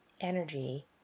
energy